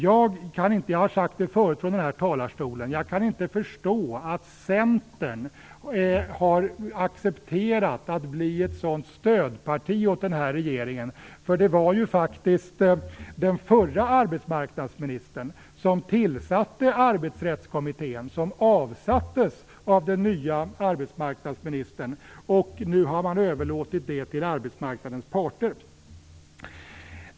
Jag kan inte - det har jag sagt förut från den här talarstolen - förstå att Centern har accepterat att bli ett sådant stödparti åt den här regeringen. Det var ju faktiskt den förre arbetsmarknadsministern som tillsatte Arbetsrättskommittén, som avsattes av den nye arbetsmarknadsministern. Nu har man överlåtit detta till arbetsmarknadens parter.